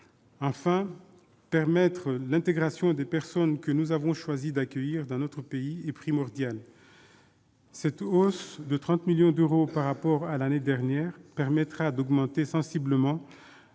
Enfin, permettre l'intégration des personnes que nous avons choisi d'accueillir dans notre pays est primordial. Cette hausse de 30 millions d'euros par rapport à l'année dernière permettra d'augmenter sensiblement